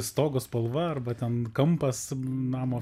stogo spalva arba ten kampas namo